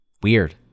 weird